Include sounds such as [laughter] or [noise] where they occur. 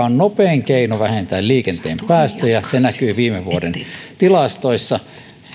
[unintelligible] on nopein keino vähentää liikenteen päästöjä se näkyy viime vuoden tilastoissa